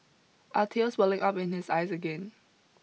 are tears welling up in his eyes again